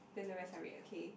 then the rest are red okay